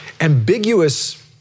ambiguous